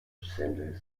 centre